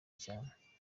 cyane